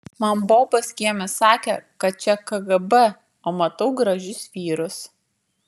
man bobos kieme sakė kad čia kgb o matau gražius vyrus